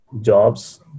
jobs